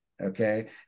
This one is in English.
Okay